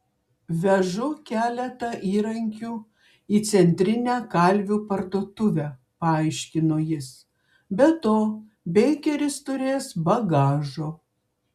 vežu keletą įrankių į centrinę kalvių parduotuvę paaiškino jis be to beikeris turės bagažo